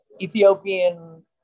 Ethiopian